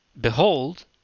Behold